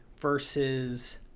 versus